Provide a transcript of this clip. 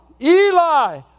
Eli